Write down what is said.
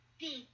big